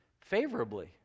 favorably